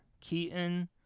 Keaton